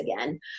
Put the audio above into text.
again